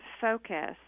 focus